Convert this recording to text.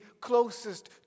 closest